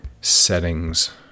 settings